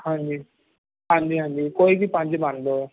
ਹਾਂਜੀ ਹਾਂਜੀ ਹਾਂਜੀ ਕੋਈ ਵੀ ਪੰਜ ਮੰਨ ਲਓ